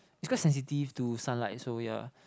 is quite sensitive to sunlight so ya